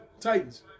Titans